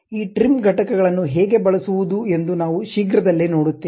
ಈ ಟ್ರಿಮ್ ಘಟಕಗಳನ್ನು ಹೇಗೆ ಬಳಸುವುದು ಎಂದು ನಾವು ಶೀಘ್ರದಲ್ಲೇ ನೋಡುತ್ತೇವೆ